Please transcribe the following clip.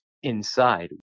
Inside